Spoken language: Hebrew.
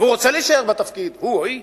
והוא רוצה להישאר בתפקיד, הוא או היא.